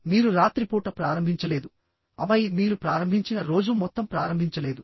మీరు రాత్రిపూట ప్రారంభించలేదు ఆపై మీరు ప్రారంభించిన రోజు మొత్తం ప్రారంభించలేదు